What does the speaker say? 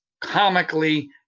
comically